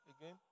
again